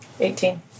Eighteen